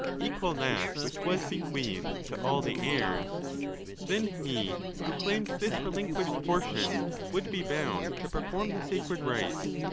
equal that which was be queathed to all the heirs then he who claimed this relin quished portion would be bound to perform the sacred rites,